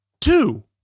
two